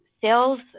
sales